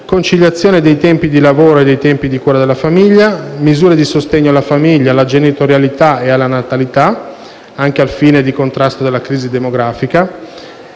conciliazione dei tempi di lavoro e dei tempi di cura della famiglia; misure di sostegno alla famiglia, alla genitorialità e alla natalità, anche al fine del contrasto della crisi demografica;